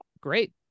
great